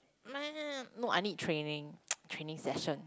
man no I need training training session